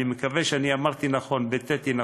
אני מקווה שאני אמרתי נכון, ביטאתי נכון,